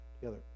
together